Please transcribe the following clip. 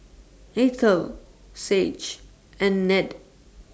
Eithel Sage and Ned